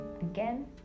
Again